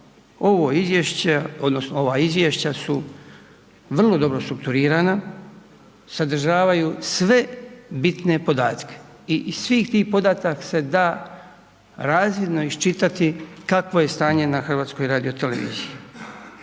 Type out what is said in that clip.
ova izvješća su vrlo dobro strukturirana, sadržavaju sve bitne podatke, i iz svih tih podataka se da razvidno iščitati kakvo je stanje na HRT-u. Oni upućuju